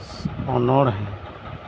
ᱚᱱᱚᱬᱦᱮᱸ